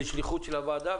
בשליחות של הוועדה,